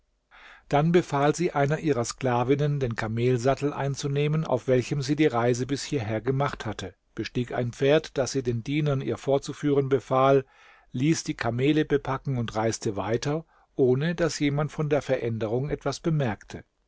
dann befahl sie einer ihrer sklavinnen den kamelsattel einzunehmen auf welchem sie die reise bis hierher gemacht hatte bestieg ein pferd das sie den dienern ihr vorzuführen befahl ließ die kamele bepacken und reiste weiter ohne daß jemand von der veränderung etwas bemerkte